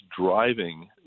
driving